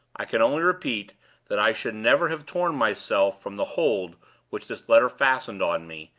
i can only repeat that i should never have torn myself from the hold which this letter fastened on me,